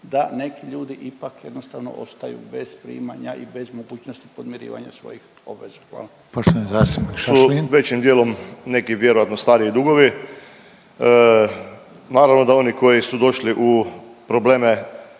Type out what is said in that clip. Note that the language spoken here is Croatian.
da neki ljudi ipak jednostavno ostaju bez primanja i bez mogućnosti podmirivanja svojih obveza? Hvala. **Reiner, Željko (HDZ)** Poštovani zastupnik Šašlin. **Srpak, Dražen (HDZ)** Su većim dijelom neki vjerojatno stari dugovi, naravno da oni koji su došli u probleme